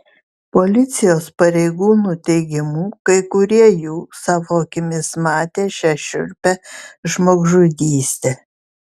policijos pareigūnų teigimu kai kurie jų savo akimis matė šią šiurpią žmogžudystę